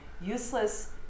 useless